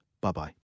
Bye-bye